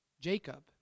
Jacob